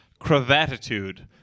cravatitude